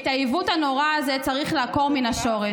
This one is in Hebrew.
את העיוות הנורא הזה צריך לעקור מן השורש.